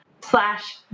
slash